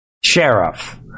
Sheriff